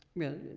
well,